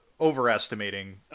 overestimating